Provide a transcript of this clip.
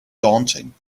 daunting